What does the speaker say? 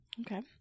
Okay